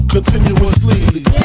Continuously